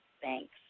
Thanks